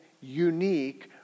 unique